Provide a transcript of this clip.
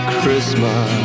Christmas